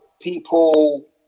people